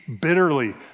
bitterly